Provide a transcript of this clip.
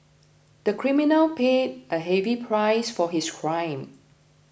the criminal paid a heavy price for his crime